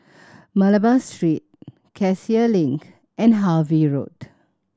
Malabar Street Cassia Link and Harvey Road